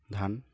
ধান